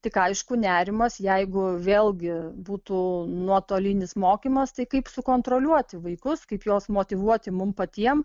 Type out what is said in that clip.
tik aišku nerimas jeigu vėlgi būtų nuotolinis mokymas tai kaip sukontroliuoti vaikus kaip juos motyvuoti mum patiem